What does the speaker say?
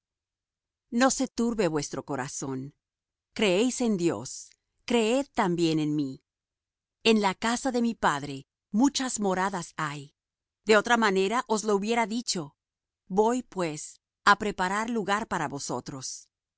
no se turbe vuestro corazón creéis en dios creed también en mí en la casa de mi padre muchas moradas hay de otra manera os lo hubiera dicho voy pues á preparar lugar para vosotros